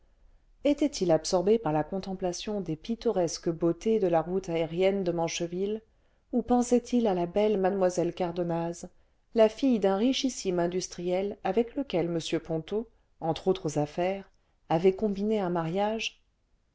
était-il absorbé par la contemplation des pittoresques beautés de la route aérienne de mancheville ou pensait-il à la belle mlle cardonnaz la fille d'un richissime industriel avec lequel m ponto entre autres affaires avait combiné un mariage